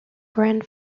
grand